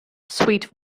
sweet